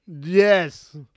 Yes